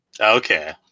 Okay